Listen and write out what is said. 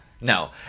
No